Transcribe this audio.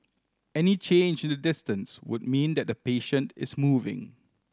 any change in the distance would mean that the patient is moving